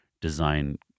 design